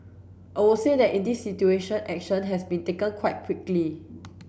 I would say that in this situation action has been taken quite quickly